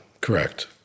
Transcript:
correct